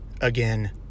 again